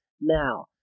now